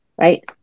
right